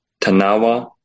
Tanawa